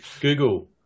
Google